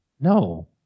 No